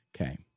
Okay